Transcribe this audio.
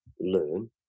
learn